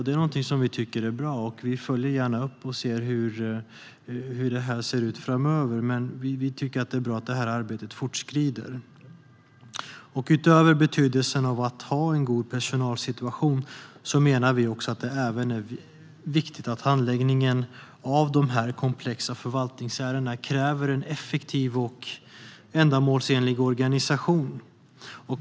Det tycker vi är bra, och vi följer gärna upp hur detta ser ut framöver. Men vi tycker att det är bra att detta arbete fortskrider. Utöver betydelsen av att ha en god personalsituation är det, menar vi, även viktigt att inse att handläggningen av dessa komplexa förvaltningsärenden kräver en effektiv och ändamålsenlig organisation.